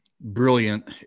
Brilliant